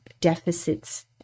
deficits